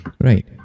right